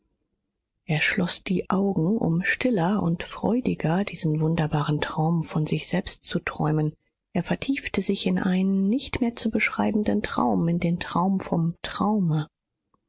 er schloß die augen um stiller und freudiger diesen wunderbaren traum von sich selbst zu träumen er vertiefte sich in einen nicht mehr zu beschreibenden traum in den traum vom traume